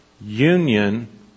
union